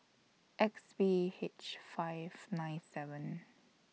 X P H five nine seven